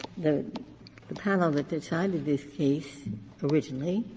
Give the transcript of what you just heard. the the panel that decided this case originally,